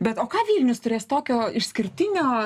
bet o ką vilnius turės tokio išskirtinio